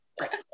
Right